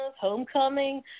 homecoming